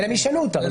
אם ישנו אותן.